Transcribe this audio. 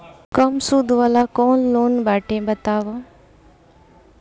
कम सूद वाला कौन लोन बाटे बताव?